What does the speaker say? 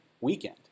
weekend